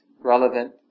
relevant